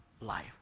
life